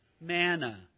manna